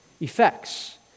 effects